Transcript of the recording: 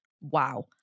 wow